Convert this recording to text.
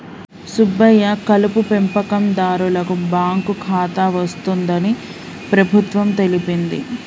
సుబ్బయ్య కలుపు పెంపకందారులకు బాంకు ఖాతా వస్తుందని ప్రభుత్వం తెలిపింది